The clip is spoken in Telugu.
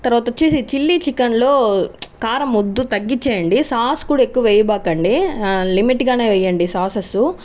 తర్వాత వచ్చేసి చిల్లీ చికెన్లో కారం వద్దు తగ్గిచ్చేయండి సాస్ కూడా ఎక్కువ వేయకండి లిమిట్గానే వేయండి సాసెస్